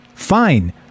Fine